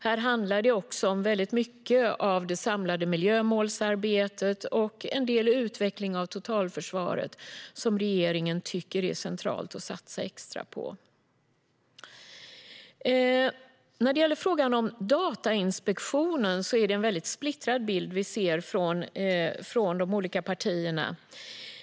Här handlar det också om väldigt mycket av det samlade miljömålsarbetet och en del utveckling av totalförsvaret, som regeringen tycker att det är centralt att satsa extra på. När det gäller frågan om Datainspektionen är det en väldigt splittrad bild vi får från de olika partierna.